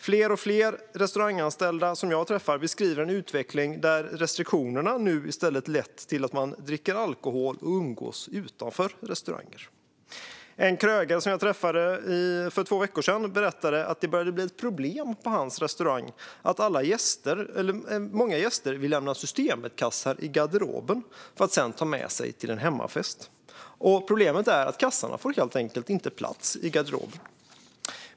Fler och fler restauranganställda som jag träffar beskriver en utveckling där restriktionerna nu i stället leder till att man dricker alkohol och umgås utanför restaurangerna. En krögare som jag träffade för två veckor sedan berättade att det börjar bli ett problem på hans restaurang att många gäster vill lämna Systemetkassar i garderoben för att sedan ta med sig dem till hemmafester. Problemet är att kassarna helt enkelt inte får plats i garderoben.